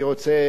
אני רוצה,